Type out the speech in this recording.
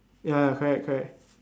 ya ya correct correct